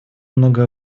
много